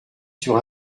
sur